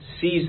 sees